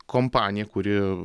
kompanija kuri